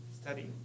study